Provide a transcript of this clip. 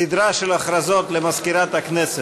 סדרה של הודעות למזכירת הכנסת.